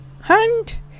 hand